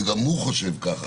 וגם הוא חושב ככה,